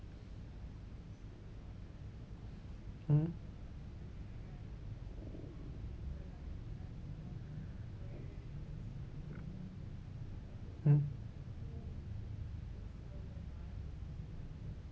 mm mm